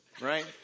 right